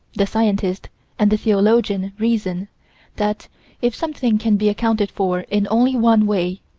the scientist and the theologian reason that if something can be accounted for in only one way,